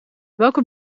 welke